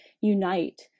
unite